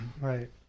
right